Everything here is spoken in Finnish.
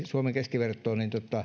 suomen keskivertoa